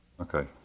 Okay